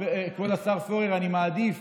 כבוד השר פורר, אני מעדיף